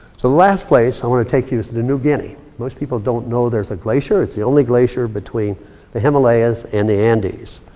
the last place i wanna take you is to to new guinea. most people don't know there's a glacier. it's the only glacier between the himalaya's and the andes.